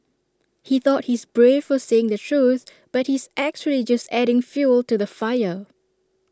he thought he's brave for saying the truth but he's actually just adding fuel to the fire